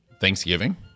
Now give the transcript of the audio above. Thanksgiving